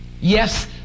yes